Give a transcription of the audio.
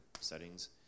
settings